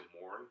mourn